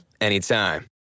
anytime